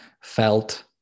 felt